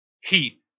heat